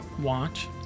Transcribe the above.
watch